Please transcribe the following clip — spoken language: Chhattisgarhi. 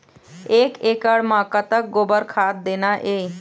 एक एकड़ म कतक गोबर खाद देना ये?